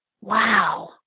wow